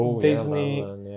Disney